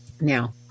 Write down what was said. Now